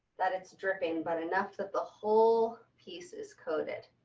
that it's dripping. but enough that the whole piece is coated.